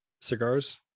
cigars